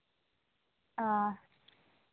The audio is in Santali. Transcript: ᱚᱸᱻ